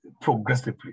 progressively